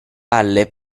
alle